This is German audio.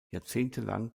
jahrzehntelang